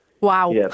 Wow